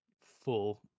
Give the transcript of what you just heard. full